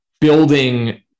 building